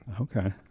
okay